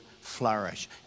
flourish